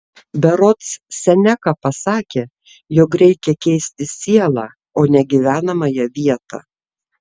berods seneka pasakė jog reikia keisti sielą o ne gyvenamąją vietą